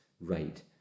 right